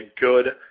good